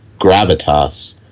gravitas